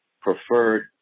preferred